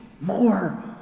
more